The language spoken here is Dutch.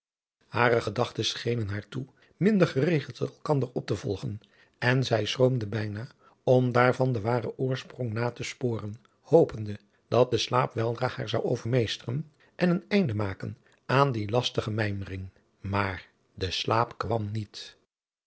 hare gedachten schenen haar toe minder geregeld elkander op te volgen en zij schroomde bijna om daarvan den waren oorsprong na te sporen hopende dat de slaap weldra haar zou overmeesteren en een einde maken aan die lastige mijmering maar de slaap kwam niet